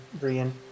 Brian